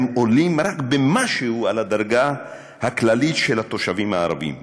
הם עולים רק במשהו על הדרגה הכללית של התושבים הערבים,